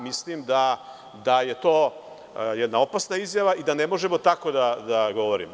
Mislim da je to jedna opasna izjava i da ne možemo tako da govorimo.